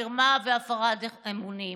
מרמה והפרת אמונים.